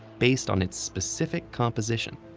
based on its specific composition.